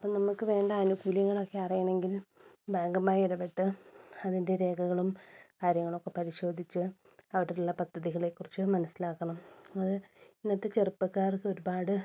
അപ്പം നമുക്ക് വേണ്ട ആനുകൂല്യങ്ങളൊക്കെ അറിയണമെങ്കിൽ ബാങ്കുമായി ഇടപെട്ട് അതിൻ്റെ രേഖകളും കാര്യങ്ങളൊക്കെ പരിശോധിച്ച് അവിടെയുള്ള പദ്ധതികളെക്കുറിച്ച് മനസ്സിലാക്കണം അത് ഇന്നത്തെ ചെറുപ്പക്കാർക്ക് ഒരുപാട്